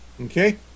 Okay